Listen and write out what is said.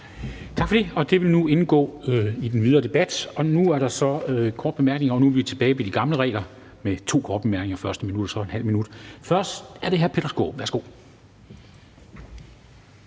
Tak for det. Det vil nu indgå i den videre debat. Nu er der så korte bemærkninger, og nu er vi tilbage ved de gamle regler med to korte bemærkninger på først 1 minut og så ½ minut.